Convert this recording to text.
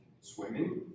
swimming